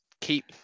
keep